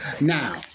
Now